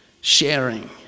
sharing